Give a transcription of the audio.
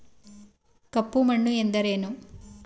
ಕಪ್ಪು ಮಣ್ಣು ಎಂದರೇನು?